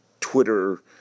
Twitter